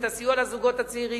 את הסיוע לזוגות הצעירים?